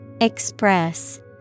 Express